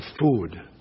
food